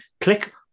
click